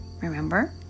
Remember